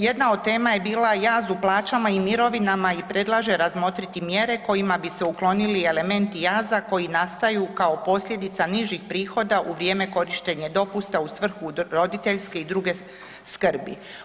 Jedna od tema je bila jaz u plaćama i mirovinama i predlaže razmotriti mjere kojima bi se uklonili elementi jaza koji nastaju kao posljedica nižih prihoda u vrijeme korištenje dopusta u svrhu roditeljske i druge skrbi.